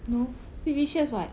no it's three wishes [what]